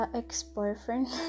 ex-boyfriend